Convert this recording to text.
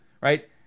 right